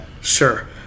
Sure